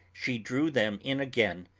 she drew them in again,